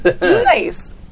Nice